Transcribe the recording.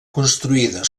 construïda